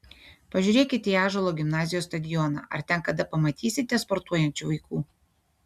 pažiūrėkite į ąžuolo gimnazijos stadioną ar ten kada pamatysite sportuojančių vaikų